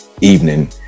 evening